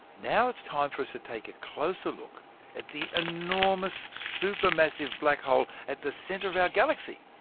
now it's time for us to take a closer look at the enormous, supermassive black hole at the centre of our galaxy,